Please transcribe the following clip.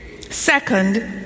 Second